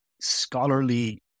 scholarly